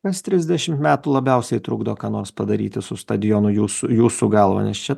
kas trisdešim metų labiausiai trukdo ką nors padaryti su stadionu jūsų jūsų galva nes čia